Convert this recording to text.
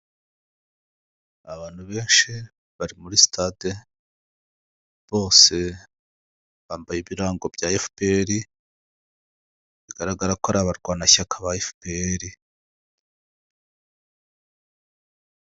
Abantu benshi bari muri sitade bose bambaye ibirango bya fpr bigaragara ko ari abarwanashyaka ba fpr.